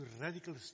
radical